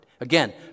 Again